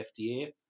FDA